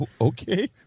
Okay